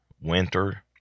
winter